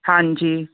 ਹਾਂਜੀ